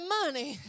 money